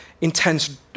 intense